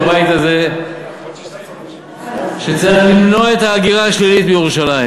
הבינו חברי הכנסת בבית הזה שצריך למנוע את ההגירה השלילית בירושלים,